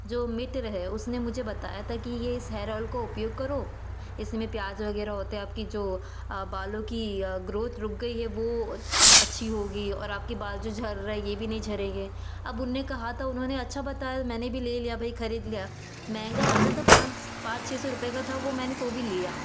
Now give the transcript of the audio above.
जो मित्र है उसने मुझे बताया था कि ये इस हेयर ओएल को उपयोग करो इसमें प्याज वगैरह होते हिया आपकी जो बालों की ग्रोथ रुक गई है वो अच्छी होगी और आपकी जो बाल झड़ रही है ये भी नही झड़ेंगे अब उनने कहा ता उन्होंने अच्छा बताया मैंने भी ले लिया भाई खरीद लिया महंगा आ रहा था पाँच पाँच छ सौ रूपए का था वो मैंने तो भी लिया